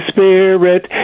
Spirit